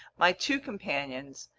my two companions,